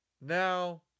now